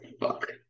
fuck